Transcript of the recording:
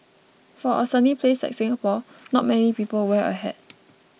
for a sunny place like Singapore not many people wear a hat